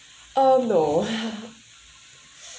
uh no